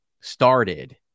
started